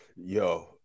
Yo